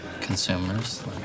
Consumers